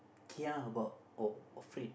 kia about oh afraid